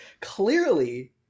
clearly